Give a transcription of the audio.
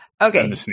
Okay